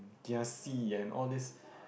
kiasi and all these